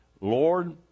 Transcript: Lord